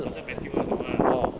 好像 band two 那种 lah